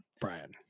Brian